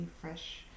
fresh